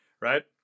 right